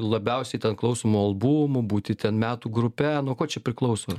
labiausiai ten klausomu albumu būti ten metų grupe nuo ko čia priklauso